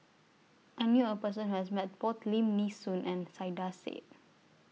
I knew A Person Who has Met Both Lim Nee Soon and Saiedah Said